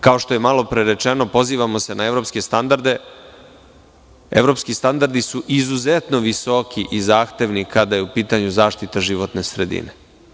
Kao što je malopre rečeno, pozivamo se na evropske standarde, evropski standardi su izuzetno visoki i zahtevni kada je u pitanju zaštita životne sredine.